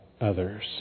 others